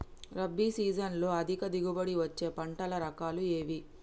రబీ సీజన్లో అధిక దిగుబడి వచ్చే పంటల రకాలు ఏవి?